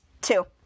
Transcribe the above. two